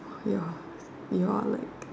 oh ya you all like